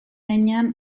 heinean